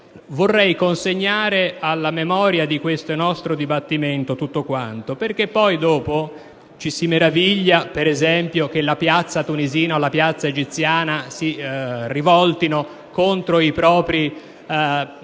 Vorrei consegnare alla memoria del nostro dibattito tutto quanto, perché poi ci si meraviglia, per esempio, se la piazza tunisina o la piazza egiziana si rivoltano contro i propri